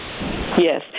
Yes